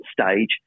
stage